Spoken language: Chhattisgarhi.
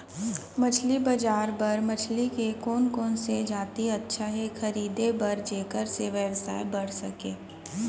मछली बजार बर मछली के कोन कोन से जाति अच्छा हे खरीदे बर जेकर से व्यवसाय बढ़ सके?